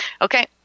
Okay